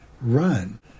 run